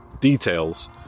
details